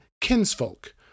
Kinsfolk